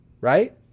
right